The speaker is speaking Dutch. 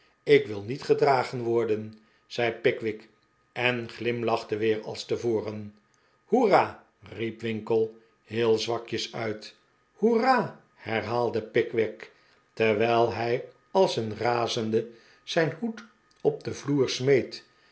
ik wil niet gedragen worden zei pickwick en glimlachte weer als te voren hoera riep winkle heel zwakjes uit hoera herhaalde pickwick terwijl hij als een razende zijn hoed op den vloer smeet